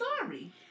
sorry